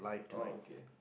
oh okay